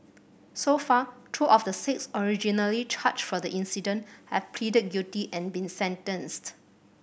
so far two of the six originally charged for the incident have pleaded guilty and been sentenced